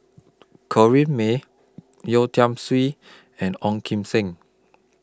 Corrinne May Yeo Tiam Siew and Ong Kim Seng